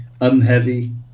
unheavy